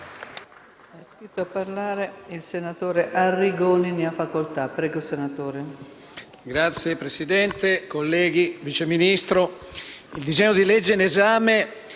il senatore Arrigoni. Ne ha facoltà.